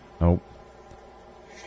Nope